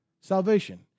salvation